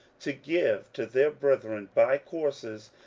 to give to their brethren by courses,